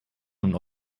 nun